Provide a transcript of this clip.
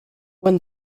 when